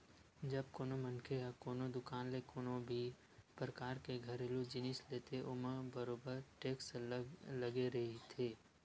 जब कोनो मनखे ह कोनो दुकान ले कोनो भी परकार के घरेलू जिनिस लेथे ओमा बरोबर टेक्स लगे रहिथे